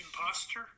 imposter